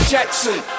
Jackson